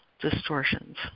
distortions